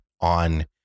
on